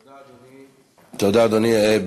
תודה, אדוני.